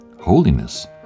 Holiness